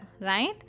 right